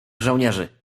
żołnierzy